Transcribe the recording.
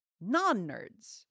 non-nerds